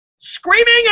Screaming